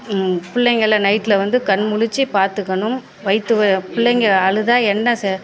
பிள்ளைங்களை வந்து நைட்டில் கண்ணு முழித்து பார்த்துக்கணும் வயிற்று வ பிள்ளைங்க அழுதால் என்ன ச